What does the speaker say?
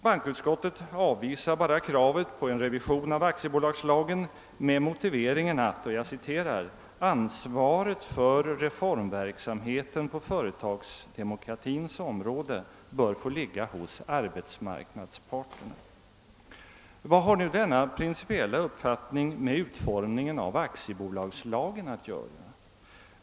Bankoutskottet avvisar kravet på en revision av aktiebolagslagen med motiveringen »att ansvaret för reformverksamheten på företagsdemokratins område bör få ligga hos arbetsmarknadsparterna». Vad har nu denna principiella uppfattning med utformningen av aktiebolagslagen att göra?